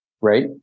right